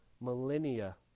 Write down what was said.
millennia